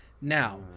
Now